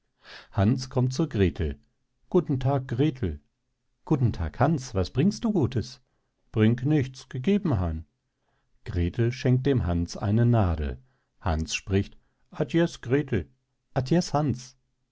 hans kommt zur grethel guten tag grethel guten hans was bringst du gutes bring nichts gegeben han grethel schenkt dem hans eine nadel hans spricht adies grethel adies hans hans